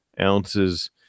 ounces